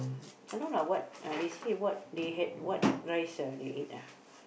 I don't know what ah they say what they had what rice ah they ate ah